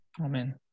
Amen